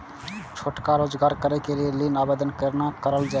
छोटका रोजगार करैक लेल ऋण के आवेदन केना करल जाय?